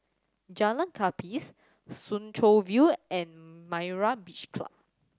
Jalan Gapis Soo Chow View and Myra's Beach Club